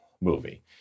movie